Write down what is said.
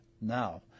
Now